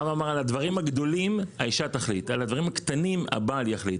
הרב אמר: על הדברים הגדולים האישה תחליט ועל הדברים הקטנים הבעל יחליט.